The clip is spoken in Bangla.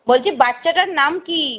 বলছি বাচ্চাটার নাম কী